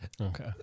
Okay